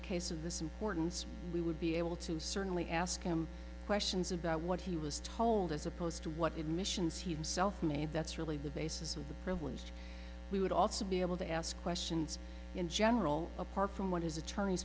the case of this importance we would be able to certainly ask him questions about what he was told as opposed to what missions he himself made that's really the basis of the privileged we would also be able to ask questions in general apart from what his attorney